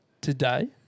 today